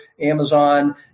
amazon